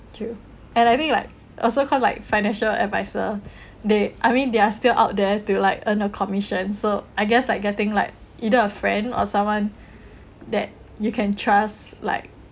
true and I think like also cause like financial adviser they I mean they're still out there to like earn a commission so I guess like getting like either a friend or someone that you can trust like